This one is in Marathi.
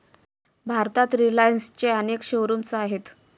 भारतात रिलायन्सचे अनेक शोरूम्स आहेत